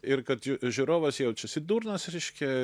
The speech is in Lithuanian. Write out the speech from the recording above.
ir kad jo žiūrovas jaučiasi durnas reiškia